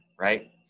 right